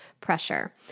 pressure